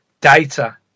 data